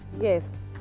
Yes